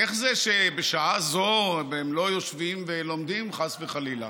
איך זה שבשעה זו הם לא יושבים ולומדים, חס וחלילה?